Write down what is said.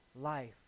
life